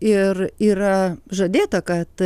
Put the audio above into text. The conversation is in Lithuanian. ir yra žadėta kad